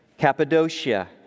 Cappadocia